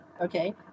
okay